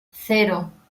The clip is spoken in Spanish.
cero